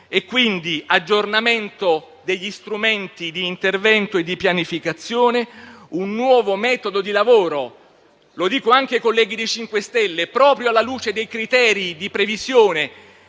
seguenti: aggiornamento degli strumenti di intervento e pianificazione; un nuovo metodo di lavoro - lo dico anche ai colleghi del MoVimento 5 Stelle - proprio alla luce dei criteri di previsione